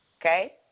okay